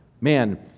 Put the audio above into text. man